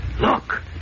Look